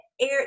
air